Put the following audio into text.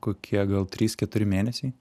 kokie gal trys keturi mėnesiai